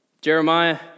Jeremiah